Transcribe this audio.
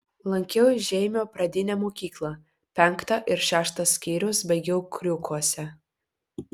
lankiau žeimio pradinę mokyklą penktą ir šeštą skyrius baigiau kriūkuose